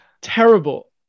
terrible